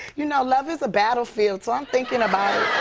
you know, love is a battlefield, so i'm thinking about it.